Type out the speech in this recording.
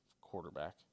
quarterback